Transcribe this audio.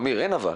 אמיר, אין "אבל".